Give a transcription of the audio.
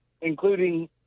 including